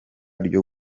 ryo